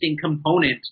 component